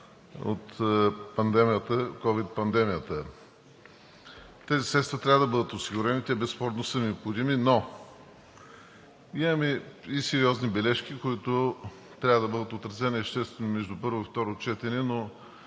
от ковид пандемията. Тези средства трябва да бъдат осигурени. Те безспорно са необходими, но имаме и сериозни бележки, които трябва да бъдат отразени между първо и второ четене, но